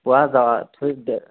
পৰা